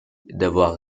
d’avoir